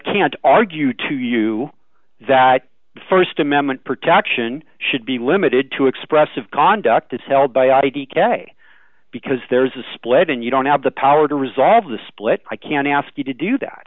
can't argue to you that the st amendment protection should be limited to expressive conduct is held by i dk because there's a split and you don't have the power to resolve the split i can't ask you to do that